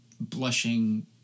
blushing